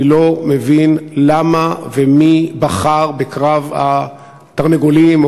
אני לא מבין למה ומי בחר בקרב התרנגולים או